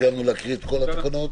סיימנו להקריא את כל התקנות?